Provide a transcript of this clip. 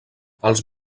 els